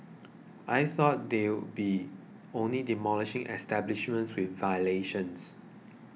I thought they'll be only demolishing establishments with violations